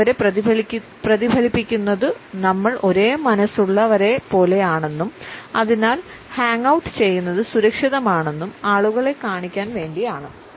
നമ്മൾ അവരെ പ്രതിഫലിപ്പിക്കുന്നുത് നമ്മൾ ഒരേ മനസ്സുള്ള വരെ പോലെയാണെന്നും അതിനാൽ ഹാംഗ് ഔട്ട് ചെയ്യുന്നത് സുരക്ഷിതമാണെന്നും ആളുകളെ കാണിക്കാൻ വേണ്ടിയാണ്